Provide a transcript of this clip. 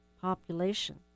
population